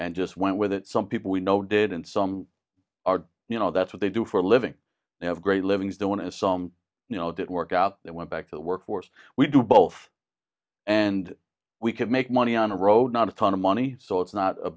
and just went with it some people we know did and some are you know that's what they do for a living they have great livings don't as some you know that work out they went back to the workforce we do both and we could make money on the road not a ton of money so it's not a